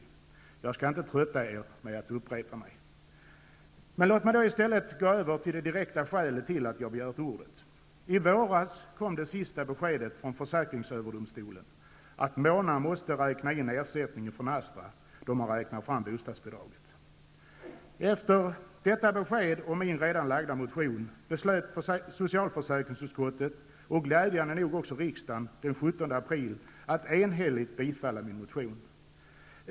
Jag skall inte trötta er med att upprepa mig. Men låt mig då i stället gå över till det direkta skälet till att jag begärt ordet. I våras kom det sista beskedet från försäkringsöverdomstolen att Mona måste räkna in ersättningen från Astra då man räknar fram bostadsbidraget. Efter detta besked och min redan lagda motion, beslöt socialförsäkringsutskottet, och glädjande nog också riksdagen den 17 april, att enhälligt bifalla min motion.